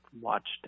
watched